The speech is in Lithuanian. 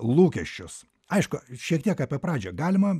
lūkesčius aišku šiek tiek apie pradžią galima